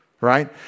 right